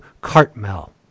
Cartmel